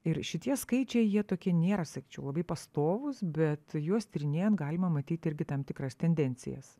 ir šitie skaičiai jie tokie nėra sakyčiau labai pastovūs bet juos tyrinėjant galima matyti irgi tam tikras tendencijas